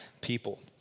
people